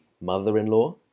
mother-in-law